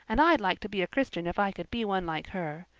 and i'd like to be a christian if i could be one like her.